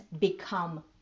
become